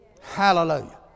Hallelujah